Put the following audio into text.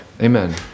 amen